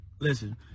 listen